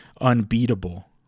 unbeatable